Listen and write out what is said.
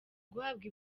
guhabwa